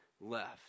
left